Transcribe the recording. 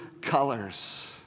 colors